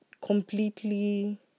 Completely